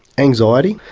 anxiety,